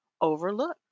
overlooked